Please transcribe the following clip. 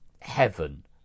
heaven